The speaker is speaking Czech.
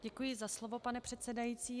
Děkuji za slovo, pane předsedající.